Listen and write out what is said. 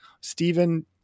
Stephen